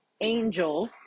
angel